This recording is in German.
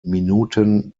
minuten